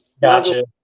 gotcha